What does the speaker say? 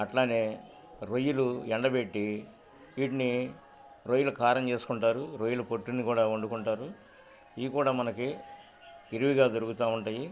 అట్లానే రొయ్యలు ఎండబెట్టి వీటిని రొయ్యలు కారం చేసుకుంటారు రొయ్యలు పొట్టుని కూడా వండుకుంటారు ఈ కూడా మనకి ఇరివిగా దొరుకుతా ఉంటాయి